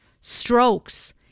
strokes